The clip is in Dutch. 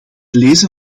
lezen